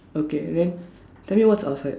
okay then tell me what's outside